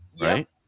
right